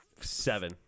Seven